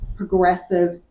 progressive